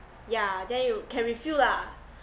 yeah then you can refill lah